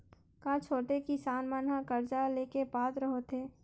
का छोटे किसान मन हा कर्जा ले के पात्र होथे?